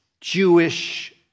Jewish